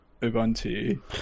ubuntu